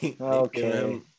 Okay